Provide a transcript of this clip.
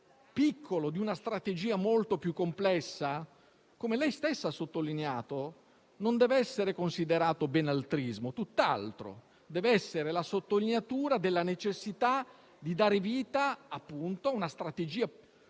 piccolo di una strategia molto più complessa, come lei stessa ha sottolineato, signora Ministra, non deve essere considerato benaltrismo, tutt'altro; deve essere la sottolineatura della necessità di dare vita a una strategia